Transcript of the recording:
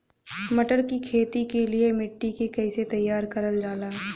मटर की खेती के लिए मिट्टी के कैसे तैयार करल जाला?